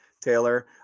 Taylor